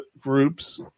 groups